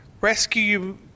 Rescue